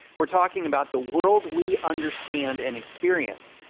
we're talking about the world we understand and experience,